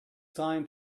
time